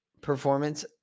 performance